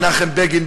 מנחם בגין,